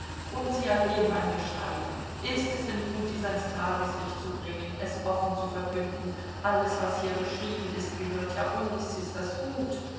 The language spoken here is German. und sie erheben ein geschrei ist es denn gut dies ans tageslicht zu bringen es offen zu verkünden alles was hier beschrieben ist gehört ja uns ist das gut